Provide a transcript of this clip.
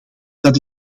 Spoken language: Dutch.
dat